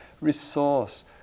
resource